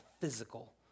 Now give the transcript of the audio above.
physical